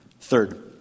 third